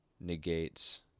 negates